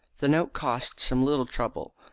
the note cost some little trouble,